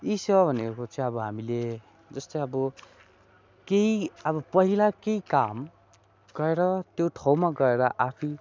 ई सेवा भनेको चाहिँ अब हामीले जस्तै अब केही अब पहिला केही काम गएर त्यो ठाउँमा गएर आफै